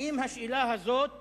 האם השאלה הזאת